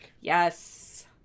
Yes